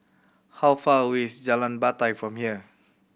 how far away is Jalan Batai from here